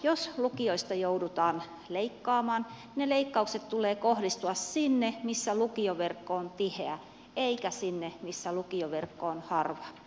jos lukioista joudutaan leikkaamaan niiden leikkausten tulee kohdistua sinne missä lukioverkko on tiheä eikä sinne missä lukioverkko on harva